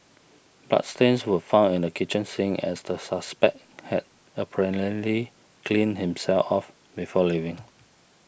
bloodstains were found in the kitchen sink as the suspect had apparently cleaned himself off before leaving